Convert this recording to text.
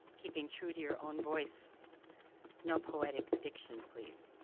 keeping true to your own voice no poetic diction, please.